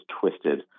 twisted